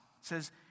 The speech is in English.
says